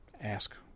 ask